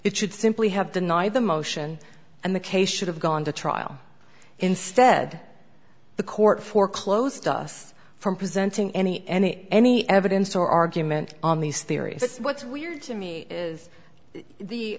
it should simply have denied the motion and the case should have gone to trial instead the court foreclosed us from presenting any any any evidence or argument on these theories and what's weird to me is the